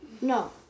No